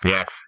Yes